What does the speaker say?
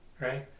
right